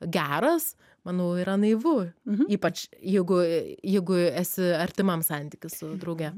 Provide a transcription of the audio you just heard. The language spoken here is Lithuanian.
geras manau yra naivu ypač jeigu jeigu esi artimam santyky su drauge